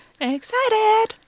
Excited